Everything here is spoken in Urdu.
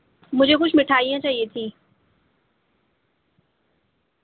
مجھے کچھ مٹھائیاں چاہیے تھیں